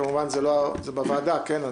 כמובן, זה בוועדה, כן?